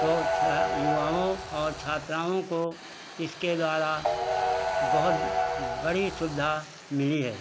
तो छा युवाओं और छात्राओं को इसके द्वारा बहुत बड़ी सुविधा मिली है